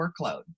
workload